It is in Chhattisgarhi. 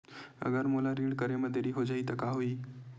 अगर मोला ऋण करे म देरी हो जाहि त का होही?